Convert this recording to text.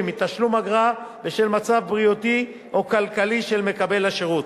מתשלום אגרה בשל מצב בריאותי או כלכלי של מקבל השירות.